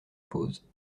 pose